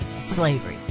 slavery